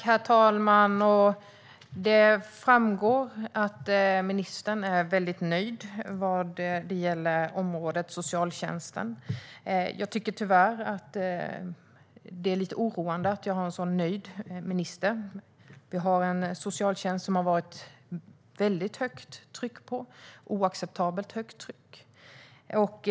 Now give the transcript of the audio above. Herr talman! Det framgår att ministern är väldigt nöjd när det gäller området socialtjänsten. Tyvärr tycker jag att det är oroande att ha en så nöjd minister. Det har varit väldigt högt - oacceptabelt högt - tryck på socialtjänsten.